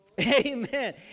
Amen